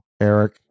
eric